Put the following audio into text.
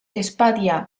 espatlla